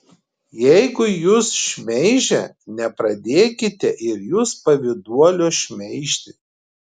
jeigu jus šmeižia nepradėkite ir jūs pavyduolio šmeižti